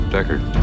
Deckard